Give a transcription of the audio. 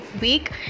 week